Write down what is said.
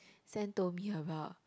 Sam told me about